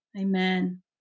Amen